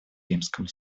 римскому